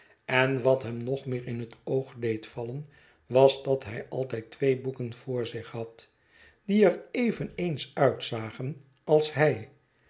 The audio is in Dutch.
en wat hem nog meer in het oog deed vallen was dat hij altijd twee boeken voor zich had die er eveneens uitzagen als hij